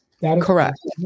Correct